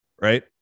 right